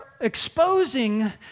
exposing